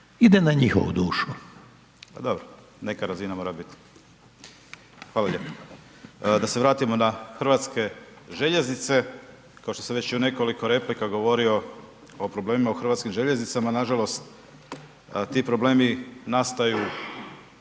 Željko (HSS)** A dobro. Neka razina mora biti. Hvala lijepo. Da se vratimo na Hrvatske željeznice. Kao što sam već i u nekoliko replika govorio o problemima u HŽ-u nažalost, ti problemi nastaju